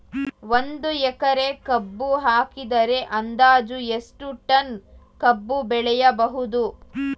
ಒಂದು ಎಕರೆ ಕಬ್ಬು ಹಾಕಿದರೆ ಅಂದಾಜು ಎಷ್ಟು ಟನ್ ಕಬ್ಬು ಬೆಳೆಯಬಹುದು?